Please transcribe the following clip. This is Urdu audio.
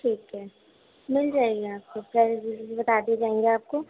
ٹھیک ہے مل جائے گی آپ کو کل بتا دیا جائے گا آپ کو